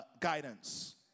guidance